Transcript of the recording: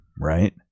Right